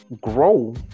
grow